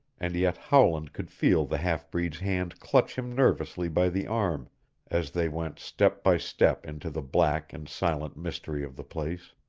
and yet howland could feel the half-breed's hand clutch him nervously by the arm as they went step by step into the black and silent mystery of the place.